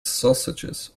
sausages